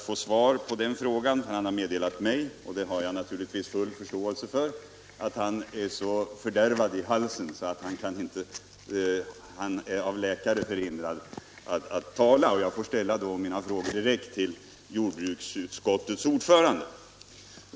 Han har meddelat mig — och det har jag naturligtvis full förståelse för — att han är så fördärvad i halsen att han är ordinerad av läkare att inte tala. Jag får då ställa mina frågor direkt till jordbruksutskottets ordförande.